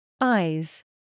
Eyes